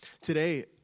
Today